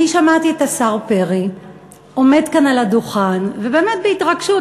אני שמעתי את השר פרי עומד כאן על הדוכן ובאמת בהתרגשות,